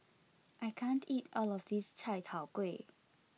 I can't eat all of this Chai Tow Kuay